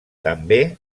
també